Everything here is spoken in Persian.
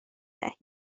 دهید